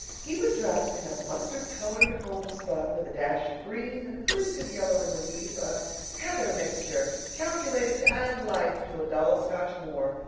he was dressed in a mustard-colored homespun, with a dash of green and a glint of yellow in the weave, a heather mixture calculated to add life to a dull scotch moor.